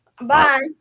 Bye